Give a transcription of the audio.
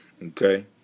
Okay